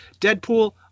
deadpool